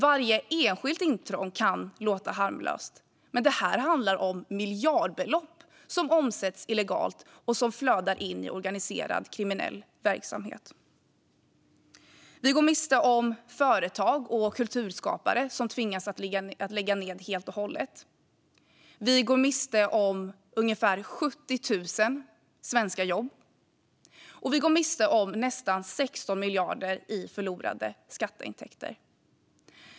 Varje enskilt intrång kan låta harmlöst, men det här handlar om miljardbelopp som omsätts illegalt och flödar in i organiserad kriminell verksamhet. Vi går miste om företag och kulturskapare som tvingas lägga ned helt och hållet. Vi går miste om ungefär 70 000 svenska jobb och nästan 16 miljarder i skatteintäkter.